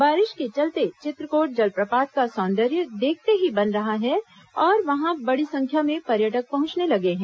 बारिश के चलते चित्रकोट जलप्रपात का सौंदर्य देखते ही बन रहा है और वहां बड़ी संख्या में पर्यटक पहुंचने लगे हैं